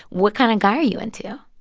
what kind of guy are you into?